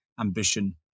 ambition